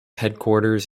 headquarters